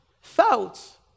felt